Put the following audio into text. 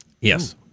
Yes